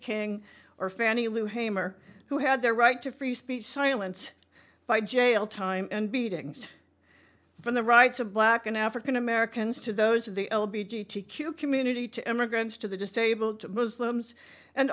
king or fannie lou hamer who had their right to free speech silenced by jail time and beatings from the rights of black and african americans to those of the l b g t q community to immigrants to the disabled to muslims and